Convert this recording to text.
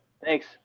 Thanks